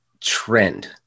trend